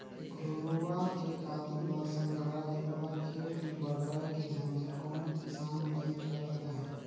घुरूवा के खातू ल संघराय ओला खेत में बगराय के झंझट कोनो किसान नइ करत अंहे